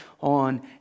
on